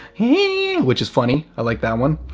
hey. which is funny. i like that one.